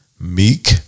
meek